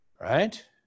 right